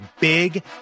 big